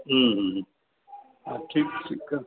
ठीकु ठीकु आहे